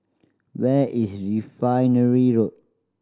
where is Refinery Road